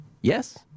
Yes